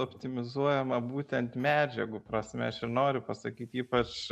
optimizuojama būtent medžiagų prasme aš ir noriu pasakyt ypač